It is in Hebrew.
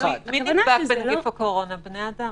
גם אזרחים ותיקים וקטינים,